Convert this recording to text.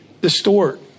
distort